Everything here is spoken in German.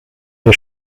der